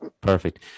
Perfect